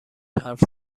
حرف